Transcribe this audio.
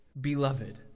beloved